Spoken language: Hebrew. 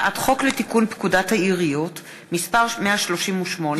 הצעת חוק לתיקון פקודת העיריות (מס' 138)